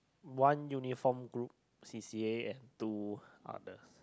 one uniform group c_c_a and two others